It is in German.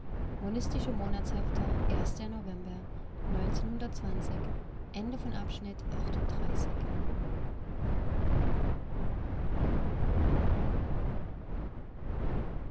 monistische monatshefte november